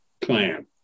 plan